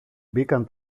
μπήκαν